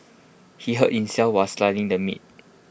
he hurt himself while slicing the meat